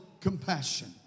compassion